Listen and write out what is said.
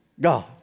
God